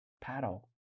paddle